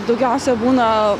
daugiausia būna